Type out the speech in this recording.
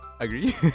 Agree